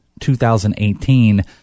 2018